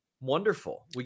wonderful